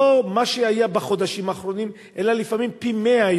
לא מה שהיה בחודשים האחרונים אלא לפעמים פי-מאה.